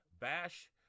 Bash